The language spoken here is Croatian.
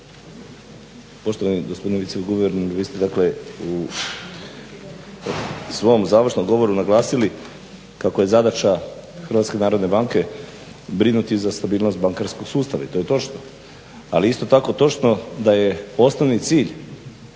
Poštovani gospodine viceguverneru vi ste dakle u svom završnom govoru naglasili kako je zadaća Hrvatske narodne banke brinuti o stabilnosti bankarskog sustava i to je točno, ali je isto tako točno da je osnovni cilj